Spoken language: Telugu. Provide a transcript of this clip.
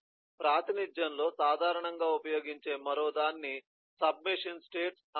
ప్రాతినిధ్యంలో సాధారణంగా ఉపయోగించే మరొకదాన్ని సబ్ మెషిన్ స్టేట్స్ అంటారు